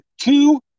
two